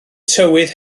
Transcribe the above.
tywydd